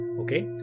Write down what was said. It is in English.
Okay